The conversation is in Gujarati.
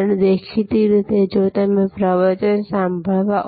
અને દેખીતી રીતે જો તમે પ્રવચન સાંભળવા